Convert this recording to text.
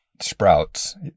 sprouts